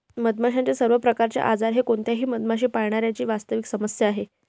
मधमाशांचे सर्व प्रकारचे आजार हे कोणत्याही मधमाशी पाळणाऱ्या ची वास्तविक समस्या आहे